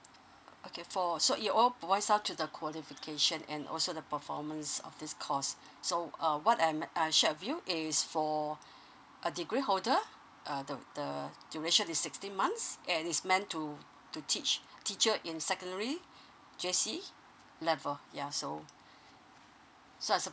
okay for so it all out to the qualification and also the performance of this course so uh what I'm view is for a degree holder uh the the duration is sixteen months and is meant to to teach teacher in secondary level ya so so I